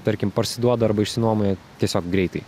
tarkim parsiduoda arba išsinuomoja tiesiog greitai